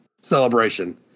celebration